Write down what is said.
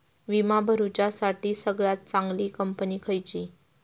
विमा भरुच्यासाठी सगळयात चागंली कंपनी खयची?